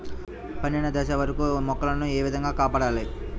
పండిన దశ వరకు మొక్కల ను ఏ విధంగా కాపాడాలి?